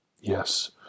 Yes